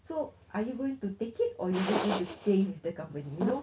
so are you going to take it or you just want to stay with the company you know